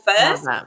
first